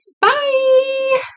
Bye